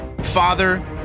father